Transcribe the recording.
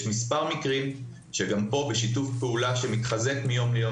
יש מספר מקרים שגם פה בשיתוף פעולה שמתחזק מיום ליום